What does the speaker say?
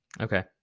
Okay